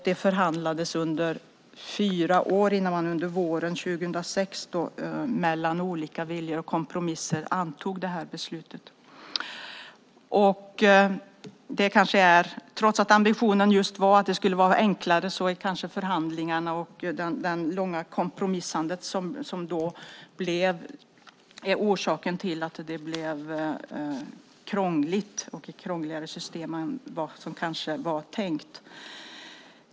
Detta förhandlades i fyra år fram till dess att man våren 2006 mellan olika viljor och kompromisser fattade beslut. Ambitionen var att det skulle bli enklare. Men förhandlingarna och det långa kompromissandet är kanske orsaken till att systemet blev krångligare än som var tänkt.